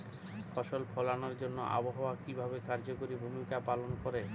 ফসল ফলানোর জন্য আবহাওয়া কিভাবে কার্যকরী ভূমিকা পালন করে?